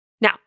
Now